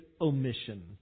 Omission